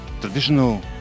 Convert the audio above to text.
traditional